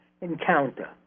encounter